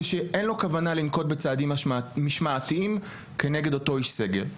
ושאין לו כוונה לנקוט בצעדים משמעתיים כנגד אותו איש סגל.